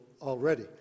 already